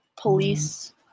police